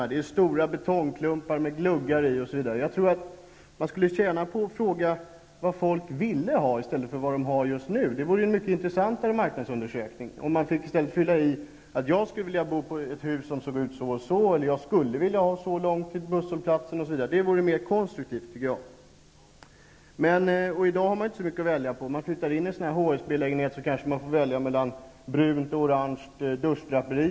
Där är stora betongklumpar med gluggar. Man skulle tjäna på att fråga vad folk vill ha i stället för vad de har just nu. Det vore en mer intressant marknadsundersökning. Folk skulle i stället få fylla i hur de vill att huset skall se ut eller hur långt de vill ha till busshållplatsen, osv. Det skulle vara mer konstruktivt. I dag finns inte så mycket att välja på. Flyttar man in i en HSB-lägenhet kanske man få välja mellan ett brunt eller orange duschdraperi.